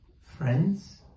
friends